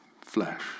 flesh